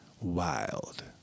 wild